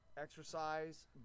Exercise